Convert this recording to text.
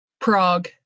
Prague